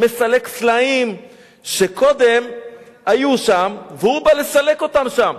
מסלק סלעים שקודם היו שם והוא בא לסלק אותם שם.